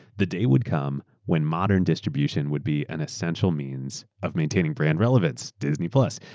the day would come when modern distribution would be an essential means of maintaining brand relevance. disney plus.